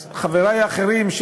חברי האחרים,